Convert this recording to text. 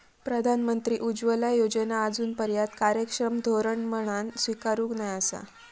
प्रधानमंत्री उज्ज्वला योजना आजूनपर्यात कार्यक्षम धोरण म्हणान स्वीकारूक नाय आसा